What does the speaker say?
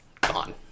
gone